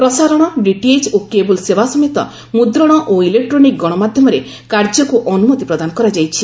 ପ୍ରସାରଣ ଡିଟିଏଚ୍ ଓ କେବୁଲ ସେବା ସମେତ ମୁଦ୍ରଣ ଓ ଇଲେକ୍ଟ୍ରୋନିକ୍ ଗଣମାଧ୍ୟମରେ କାର୍ଯ୍ୟକୁ ଅନୁମତି ପ୍ରଦାନ କରାଯାଇଛି